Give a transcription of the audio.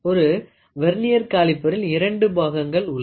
ஒரு வெர்னியர் காலிப்பரில் இரண்டு பாகங்கள் உள்ளன